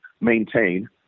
maintain